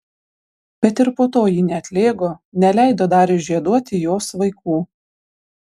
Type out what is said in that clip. bet ir po to ji neatlėgo neleido dariui žieduoti jos vaikų